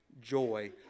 joy